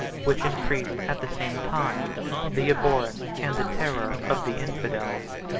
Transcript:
which increased at the same time the abhorrence and the terror of the infidels.